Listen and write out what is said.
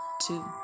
two